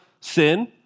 sin